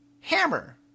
hammer